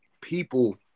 people